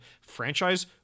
franchise